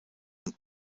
und